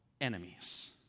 enemies